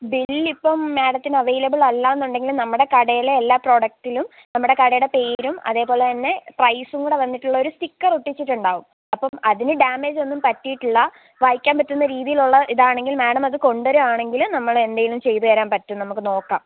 ബില്ലിപ്പം മേഡത്തിന് അവൈലബിൾ അല്ലാന്നുണ്ടെങ്കിൽ നമ്മുടെ കടയിലെ എല്ലാ പ്രൊഡക്ടിലും നമ്മുടെ കടയുടെ പേരും അതേപോലെ തന്നെ പ്രൈസും കൂടെ വന്നിട്ടുള്ള ഒരു സ്റ്റിക്കർ ഒട്ടിച്ചിട്ടുണ്ടാകും അപ്പം അതിനു ഡാമേജ് ഒന്നും പറ്റിയിട്ടില്ല വായിക്കാൻ പറ്റുന്ന രീതിയിലുള്ള ഇതാണെങ്കിൽ മേഡം അത് കൊണ്ടരുവാണെങ്കിൽ നമ്മൾ എന്തെങ്കിലും ചെയ്തു തരാൻ പറ്റും നമുക്ക് നോക്കാം